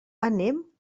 anem